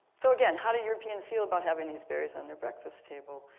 so again how do europeans feel about having these berries on their breakfast table?